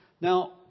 Now